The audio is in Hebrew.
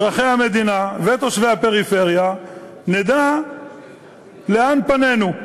אזרחי המדינה ותושבי הפריפריה, נדע לאן פנינו.